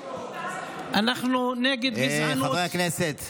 חברי הכנסת,